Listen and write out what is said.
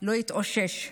לא התאושש,